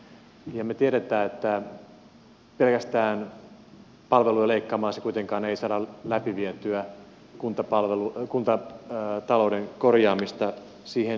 me tiedämme että pelkästään palveluja leikkaamalla ei kuitenkaan saada läpivietyä kuntatalouden korjaamista siihen liittyy myöskin rakenteelliset tehtävät